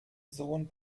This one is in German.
sohn